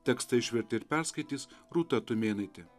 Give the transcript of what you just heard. tekstą išvertė ir perskaitys rūta tumėnaitė